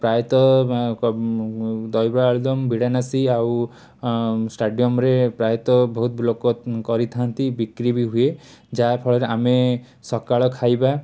ପ୍ରାୟତଃ ଦହିବରା ଆଳୁଦମ ବିଡ଼ାନାସୀ ଆଉ ଅଁ ଷ୍ଟାଡ଼ିୟମ ରେ ପ୍ରାୟତଃ ବହୁତ ଲୋକ କରିଥାନ୍ତି ବିକ୍ରି ବି ହୁଏ ଯାହାଫଳରେ ଆମେ ସକାଳ ଖାଇବା